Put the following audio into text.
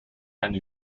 eine